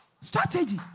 Strategy